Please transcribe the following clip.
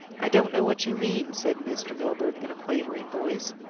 i don't know what you mean, said mr. milburgh in a quavering voice.